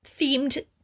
themed